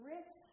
Rich